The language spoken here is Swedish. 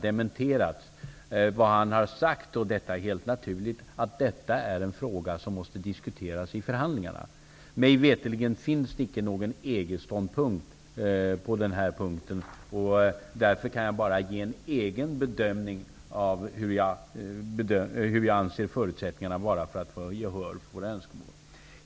Vad den danske utrikesministern har sagt, och detta är helt naturligt, är att detta är en fråga som måste diskuteras i förhandlingarna. Mig veterligt finns det icke någon EG-ståndpunkt i det här avseendet. Därför kan jag bara ge uttryck för en egen bedömning av våra förutsättningar att få gehör för våra önskemål.